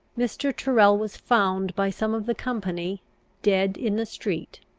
mr. tyrrel was found by some of the company dead in the street,